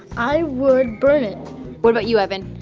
i would burn it what about you, evan?